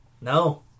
No